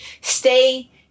stay